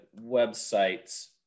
websites